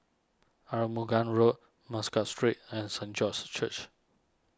Arumugam Road Muscat Street and Saint George's Church